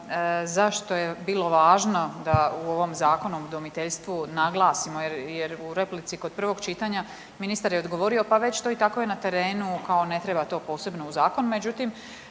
zašto je bilo važno da u ovom Zakonu o udomiteljstvu naglasimo jer u replici kod prvog čitanja ministar je odgovorio pa već je to tako i na terenu kao ne treba to posebno u zakon, međutim,